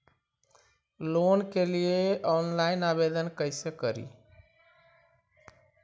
Loan के लिये online आवेदन कैसे करि?